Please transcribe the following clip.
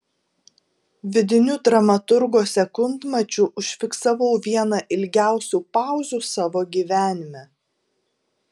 vidiniu dramaturgo sekundmačiu užfiksavau vieną ilgiausių pauzių savo gyvenime